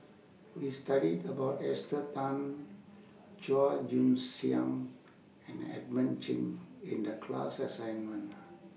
We studied about Esther Tan Chua Joon Siang and Edmund Cheng in The class assignment